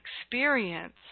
experience